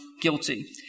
guilty